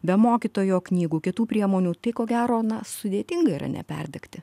be mokytojo knygų kitų priemonių tai ko gero na sudėtinga yra neperdegti